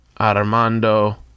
Armando